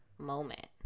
moment